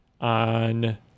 on